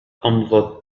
أمضت